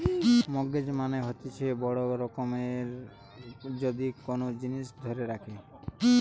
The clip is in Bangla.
মর্টগেজ মানে হতিছে বড় রকমের যদি কোন জিনিস ধরে রাখে